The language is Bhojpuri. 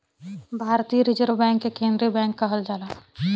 भारतीय रिजर्व बैंक के केन्द्रीय बैंक कहल जाला